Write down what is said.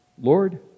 Lord